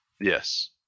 Yes